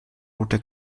rote